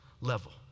level